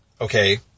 okay